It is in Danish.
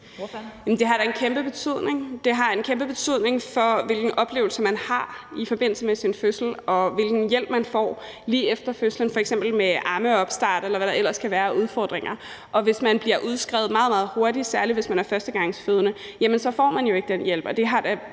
Det har en kæmpe betydning for, hvilken oplevelse man har i forbindelse med sin fødsel, og hvilken hjælp man får lige efter fødslen, f.eks. med ammeopstart, eller hvad der ellers kan være af udfordringer. Og hvis man bliver udskrevet meget, meget hurtigt, særlig hvis man er førstegangsfødende, får man jo ikke den hjælp,